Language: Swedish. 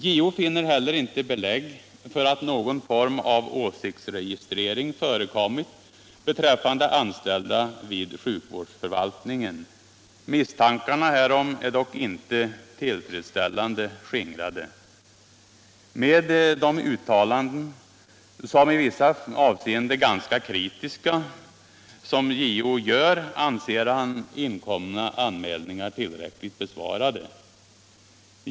JO finner heller inte belägg för att någon form av åsiktsregistrering förekommit beträffande anställda vid sjukvårdsförvaltningen. Misstankarna härom är dock inte tillfredsställande skingrade. Med de uttalanden — i vissa avseenden ganska kritiska — som JÖ gör anser han inkomna anmälningar ullräckligt besvarade.